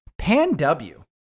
PanW